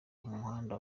umuhanda